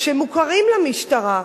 שמוכרים למשטרה,